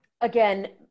Again